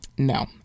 No